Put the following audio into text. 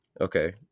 Okay